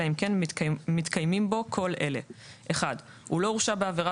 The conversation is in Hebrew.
אלא אם כן מתקיימים בו כל אלה: (1)הוא לא הורשע בעבירה